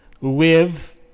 live